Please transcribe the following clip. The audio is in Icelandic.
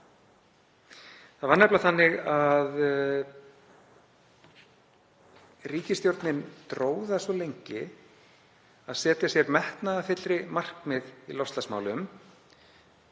Það var nefnilega þannig að ríkisstjórnin dró það svo lengi að setja sér metnaðarfyllri markmið í loftslagsmálum,